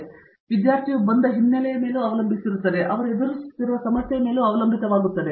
ಇದು ವಿದ್ಯಾರ್ಥಿಯು ಬಂದ ಹಿನ್ನೆಲೆಯಲ್ಲಿ ಅವಲಂಬಿಸಿರುತ್ತದೆ ಮತ್ತು ಅವರು ಎದುರಿಸುತ್ತಿರುವ ಸಮಸ್ಯೆಯ ಮೇಲೆ ಅವಲಂಬಿತವಾಗಿರುತ್ತದೆ